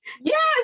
Yes